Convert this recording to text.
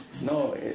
No